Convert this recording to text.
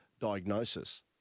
diagnosis